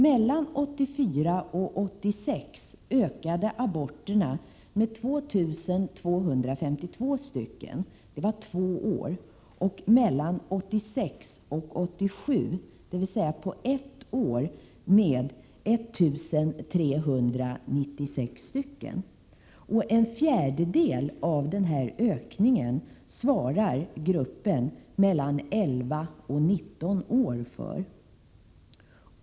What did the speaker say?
Mellan 1984 och 1986, dvs. under två år, ökade aborterna med 2 252, och mellan 1986 och 1987, dvs. under ett år, ökade aborterna med 1 396. En fjärdedel av ökningen svarar gruppen 11-19 år för.